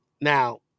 Now